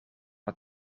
het